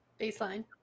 Baseline